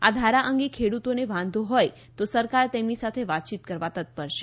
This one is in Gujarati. આ ધારા અંગે ખેડૂતોને વાંધો હોય તો સરકાર તેમની સાથે વાતચીત કરવા તત્પર છે